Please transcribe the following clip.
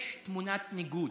יש תמונת ניגוד